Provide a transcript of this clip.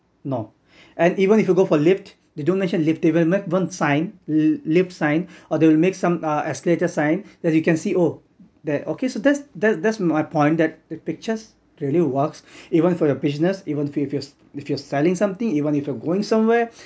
no and even if you go for lift they don't mention lift they will make one sign lift sign or they will make some uh escalator sign that you can see oh there okay so that's that's that's my point that the pictures really works even for your business even if you're selling something even if you're going somewhere